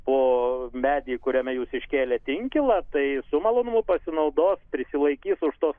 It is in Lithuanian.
po medį kuriame jūs iškėlėte inkilą tai su malonumu pasinaudos prisilaikys už tos